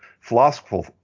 philosophical